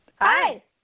Hi